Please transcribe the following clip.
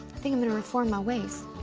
think i'm gonna reform my ways.